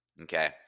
Okay